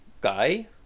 guy